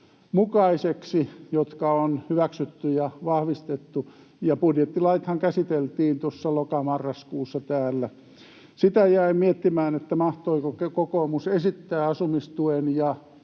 jotka on hyväksytty ja vahvistettu. Ja budjettilaithan käsiteltiin tuossa loka—marraskuussa täällä. Sitä jäin miettimään, että mahtoiko kokoomus esittää asumistuen